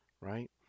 right